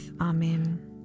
Amen